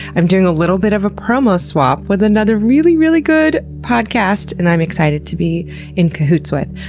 i'm doing a little bit of a promo swap with another really, really good podcast and i'm excited to be in cahoots with.